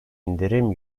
indirim